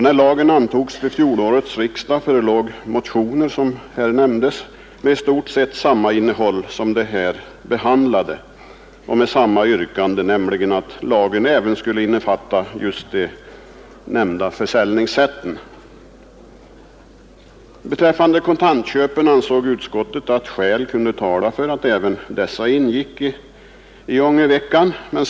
När lagen antogs vid fjolårets riksdag förelåg motioner — som nämndes här — med i stort sett samma innehåll som de här behandlade och med samma yrkanden, nämligen att lagen även skulle innefatta just de nämnda försäljningssätten. Beträffande kontantköpen ansåg utskottet att skäl kunde tala för att även dessa ingick i ångerveckan.